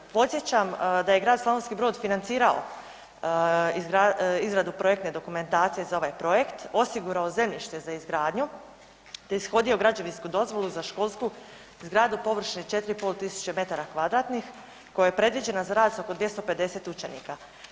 Podsjećam da je Grad Slavonski Brod financirao izradu projektne dokumentacije za ovaj projekt, osigurao zemljište za izgradnju te ishodio građevinsku dozvolu za školsku zgradu površine 4.500 m2 koja je predviđena za rad za oko 250 učenika.